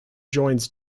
joins